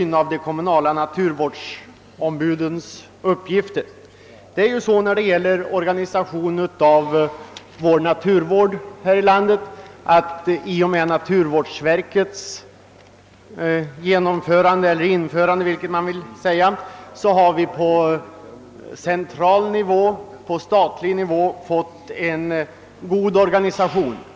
När det gäller organisationen av na turvården här i landet har vi genom naturvårdsverkets införande fått en god organisation på central, d.v.s. statlig, nivå.